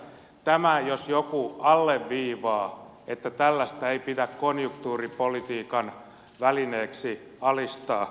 tämä jos mikä alleviivaa että tällaista ei pidä konjunktuuripolitiikan välineeksi alistaa